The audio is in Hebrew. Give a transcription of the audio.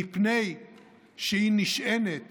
מפני שהיא נשענת